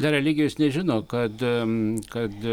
dar eligijus nežino kad kad